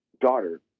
daughter